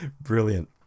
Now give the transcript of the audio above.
Brilliant